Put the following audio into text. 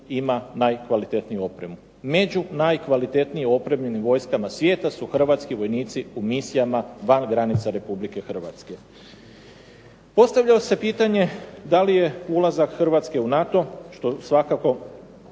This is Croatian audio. hrvatski vojnik u misiji ima najkvalitetniju opremu, među najkvalitetnije opremljenim vojskama svijeta su hrvatski vojnici u misijama van granica Republike Hrvatske. Postavilo se pitanje da li je ulazak Hrvatske u NATO, što svakako